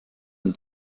and